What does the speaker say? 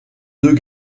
deux